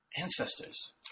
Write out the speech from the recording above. Ancestors